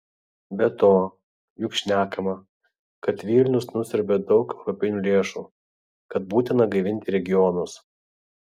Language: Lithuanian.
be to juk šnekama kad vilnius nusiurbia daug europinių lėšų kad būtina gaivinti regionus